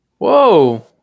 Whoa